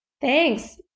Thanks